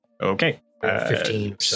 okay